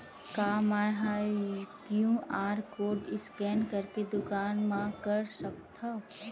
का मैं ह क्यू.आर कोड स्कैन करके दुकान मा कर सकथव?